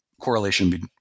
correlation